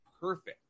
perfect